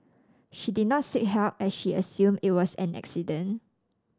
she did not seek help as she assumed it was an accident